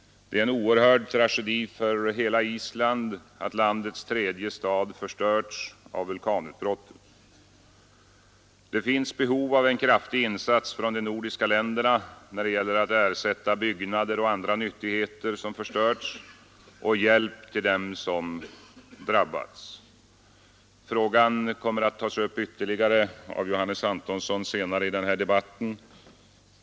Det är en oerhörd tragedi för hela Island att landets tredje stad förstörts av vulkanutbrottet. Det finns behov av en kraftig insats från de nordiska länderna när det gäller att ersätta byggnader och andra nyttigheter som förstörts och hjälpa dem som drabbats. Frågan kommer att tas upp ytterligare av Johannes Antonsson senare i debatten.